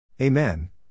Amen